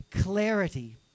clarity